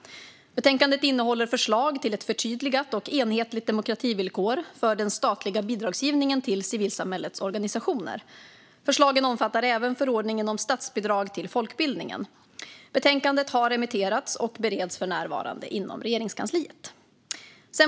Betänkandet innehåller förslag till ett förtydligat och enhetligt demokrativillkor för den statliga bidragsgivningen till civilsamhällets organisationer. Förslagen omfattar även förordningen om statsbidrag till folkbildningen. Betänkandet har remitterats och bereds för närvarande inom Regeringskansliet.